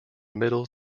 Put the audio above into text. middle